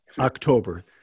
October